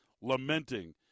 lamenting